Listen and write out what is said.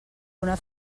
una